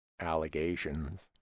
allegations